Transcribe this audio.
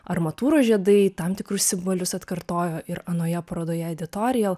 armatūros žiedai tam tikrus simbolius atkartojo ir anoje parodoje editorijal